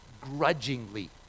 grudgingly